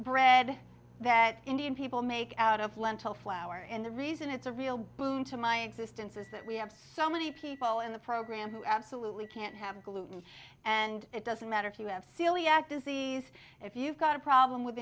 bread that indian people make out of lentil flour and the reason it's a real boon to my existence is that we have so many people in the program who absolutely can't have a gluten and it doesn't matter if you have celiac disease if you've got a problem with